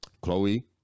Chloe